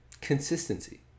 consistency